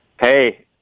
Hey